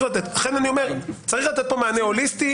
לכן אני אומר שצריך לתת כאן מענה הוליסטי.